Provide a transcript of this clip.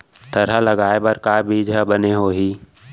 थरहा लगाए बर का बीज हा बने होही?